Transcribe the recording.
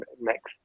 next